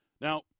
Now